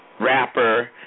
rapper